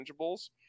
intangibles